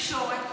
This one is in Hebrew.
בתקשורת ובוכים,